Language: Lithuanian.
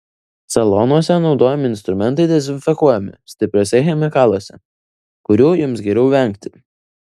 salonuose naudojami instrumentai dezinfekuojami stipriuose chemikaluose kurių jums geriau vengti